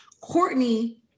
Courtney